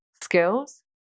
skills